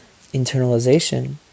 internalization